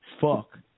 fuck